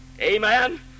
amen